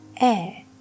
air